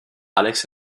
alex